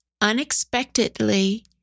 Unexpectedly